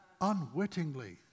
unwittingly